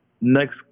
next